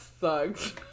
sucks